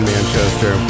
Manchester